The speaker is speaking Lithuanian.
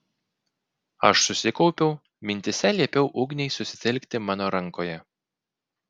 aš susikaupiau mintyse liepiau ugniai susitelkti mano rankoje